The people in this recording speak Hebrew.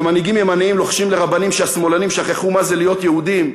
ומנהיגים ימנים לוחשים לרבנים שהשמאלנים שכחו מה זה להיות יהודים.